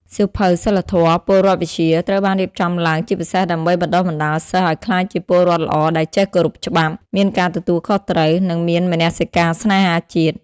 សៀវភៅ សីលធម៌-ពលរដ្ឋវិជ្ជា ត្រូវបានរៀបចំឡើងជាពិសេសដើម្បីបណ្ដុះបណ្ដាលសិស្សឱ្យក្លាយជាពលរដ្ឋល្អដែលចេះគោរពច្បាប់ មានការទទួលខុសត្រូវ និងមានមនសិការស្នេហាជាតិ។